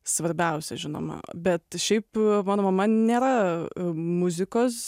svarbiausia žinoma bet šiaip mano mama nėra muzikos